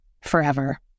forever